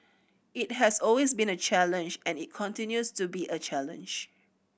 it has always been a challenge and it continues to be a challenge